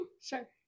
sure